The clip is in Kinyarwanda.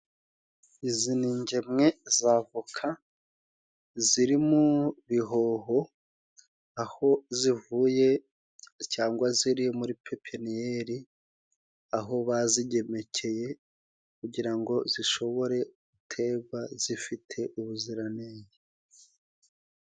Izi ni ingemwe z'avoka ziri mu bihoho aho zivuye cyangwa ziri muri pepeniyeri, aho bazigemekeye kugira ngo zishobore gutegwa zifite ubuziranenge.